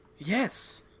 Yes